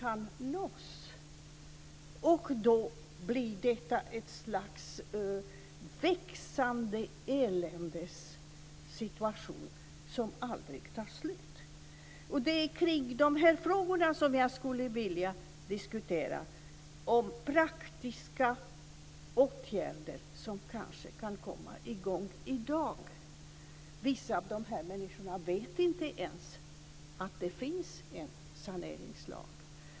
Då blir det hela en situation av ett slags växande elände som aldrig tar slut. Det är kring de här frågorna som jag skulle vilja diskutera om praktiska åtgärder som man kanske kan komma i gång med i dag. Vissa av de här människorna vet inte ens att det finns en skuldsaneringslag.